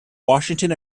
washington